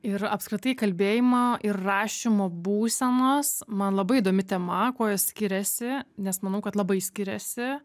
ir apskritai kalbėjimo ir rašymo būsenos man labai įdomi tema kuo jos skiriasi nes manau kad labai skiriasi